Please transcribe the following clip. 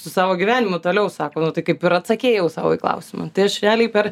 su savo gyvenimu toliau sako nu tai kaip ir atsakei jau sau į klausimą tai aš realiai per